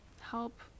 help